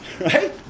right